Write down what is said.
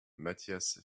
matthias